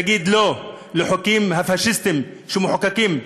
יגיד "לא" לחוקים הפאשיסטיים שמחוקקים לאט-לאט,